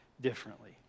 differently